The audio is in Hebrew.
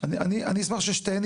להשתתפות